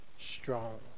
Strong